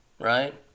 right